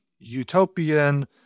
utopian